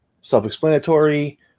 self-explanatory